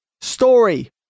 story